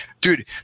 dude